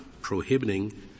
prohibiting